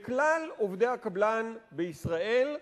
לכלל עובדי הקבלן בישראל.